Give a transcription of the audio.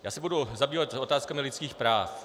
Já se budu zabývat otázkami lidských práv.